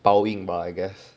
报应 I guess